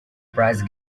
prize